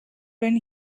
when